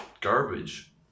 garbage